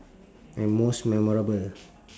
like most memorable